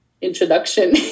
introduction